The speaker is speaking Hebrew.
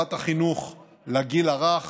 להעברת החינוך לגיל הרך